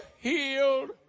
healed